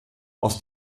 aus